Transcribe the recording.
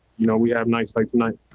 you know we have nights like tonight.